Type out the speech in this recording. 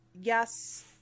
Yes